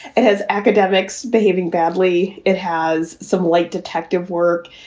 has academics behaving badly. it has some, like detective work.